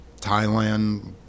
Thailand